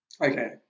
Okay